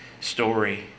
story